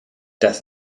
das